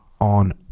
on